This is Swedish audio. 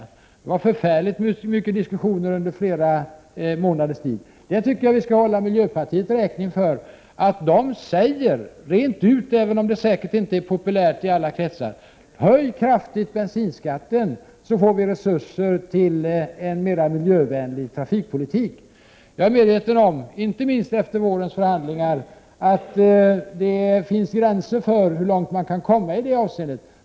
Det var förfärligt många diskussioner under flera månaders tid. Jag tycker att vi skall hålla miljöpartiet räkning för att det säger rent ut, även om det säkert inte är populärt i alla kretsar, att bensinskatten skall höjas kraftigt så att man få resurser till en mer miljövänlig trafikpolitik. Jag är medveten om, inte minst efter vårens förhandlingar, att det finns gränser för hur långt man kan komma i det avseendet.